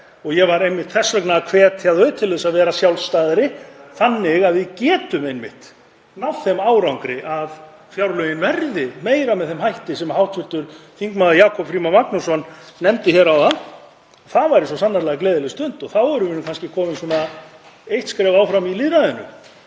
Ég var þess vegna að hvetja þau til þess að vera sjálfstæðari þannig að við getum einmitt náð þeim árangri að fjárlögin verði meira með þeim hætti sem hv. þm. Jakob Frímann Magnússon nefndi hér áðan. Það væri svo sannarlega gleðileg stund og þá erum við kannski komin svona eitt skref áfram í lýðræðinu.